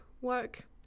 work